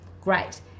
great